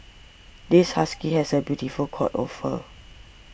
this husky has a beautiful coat of fur